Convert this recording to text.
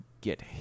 get